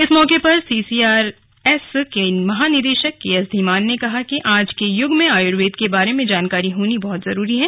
इस मौके पर सीसीआरएस के महानिदेशक केएस धीमान ने कहा कि आज के युग में आयुर्वेद के बारे में जानकारी होनी बहुत जरूरी है